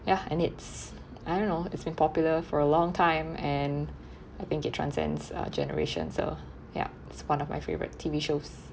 ya and it's I don't know it's been popular for a long time and I think it transcends uh generations so ya it's one of my favourite T_V shows